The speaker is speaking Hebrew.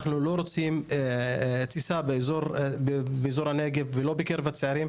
אנחנו לא רוצים תסיסה באזור הנגב ולא בקרב הצעירים.